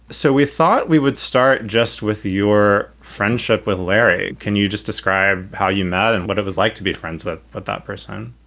so we thought we would start just with your friendship with larry. can you just describe how you met and what it was like to be friends with but that person?